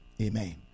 Amen